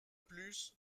plus